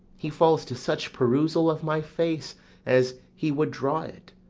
he falls to such perusal of my face as he would draw it.